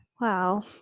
Wow